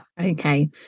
Okay